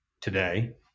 today